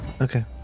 Okay